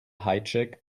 hijack